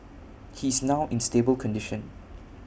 he is now in stable condition